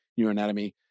neuroanatomy